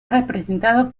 representado